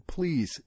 Please